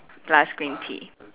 plus green tea